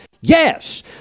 Yes